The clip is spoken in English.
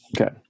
Okay